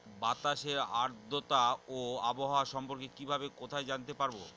বাতাসের আর্দ্রতা ও আবহাওয়া সম্পর্কে কিভাবে কোথায় জানতে পারবো?